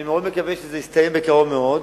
אני מאוד מקווה שזה יסתיים בקרוב מאוד.